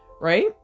right